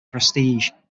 prestige